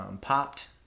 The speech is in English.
popped